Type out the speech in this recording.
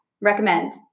recommend